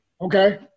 okay